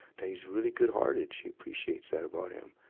that he's really good-hearted, she appreciates that about him.